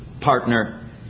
partner